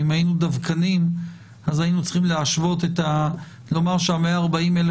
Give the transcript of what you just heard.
אם היינו דווקניים אז היינו צריכים לומר ש-140,000